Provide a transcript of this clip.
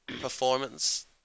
performance